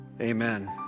amen